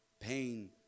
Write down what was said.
Pain